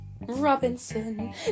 Robinson